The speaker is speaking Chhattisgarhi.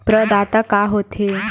प्रदाता का हो थे?